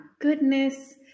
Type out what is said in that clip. goodness